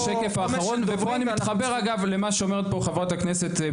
זה השקף האחרון ובו אני מתחבר רגע למה שאומרת פה חברת הכנסת,